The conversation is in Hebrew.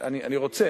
כדאי לך, אני רוצה.